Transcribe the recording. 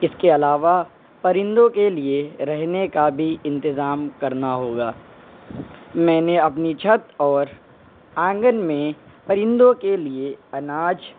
اس کے علاوہ پرندوں کے لیے رہنے کا بھی انتظام کرنا ہوگا میں نے اپنی چھت اور آنگن میں پرندوں کے لیے اناج